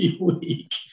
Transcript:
week